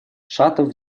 шатов